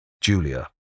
Julia